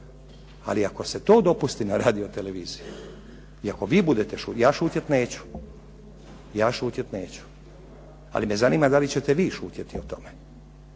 Ali ako se to dopusti na radio-televiziji i ako vi budete šutjeli, ja šutjeti neću. Ja šutjet neću. Ali me zanima da li ćete vi šutjeti o tome?